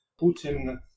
putin